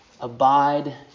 abide